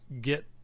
get